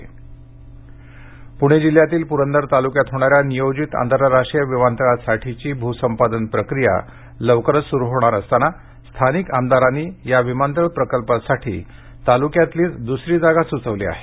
पुरंदर विमानतळ प्रणे जिल्ह्यातील प्रंदर तालुक्यात होणाऱ्या नियोजित आंतर राष्ट्रीय विमानतळासाठीची भूसंपादन प्रक्रिया लवकरच सुरु होणार असताना स्थानिक आमदारांनी या विमानतळ प्रकल्पासाठी तालुक्यातीलच दूसरी जागा सुचवली आहे